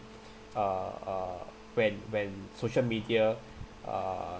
uh uh when when social media uh